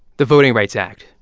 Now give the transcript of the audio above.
the voting rights act,